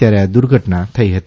ત્યારે આ દુર્ઘટના થઇ હતી